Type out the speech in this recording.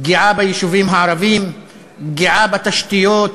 פגיעה ביישובים הערביים, פגיעה בתשתיות,